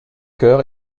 cœur